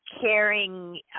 caring